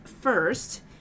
first